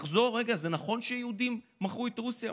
תחזור רגע, זה נכון שיהודים מכרו את רוסיה?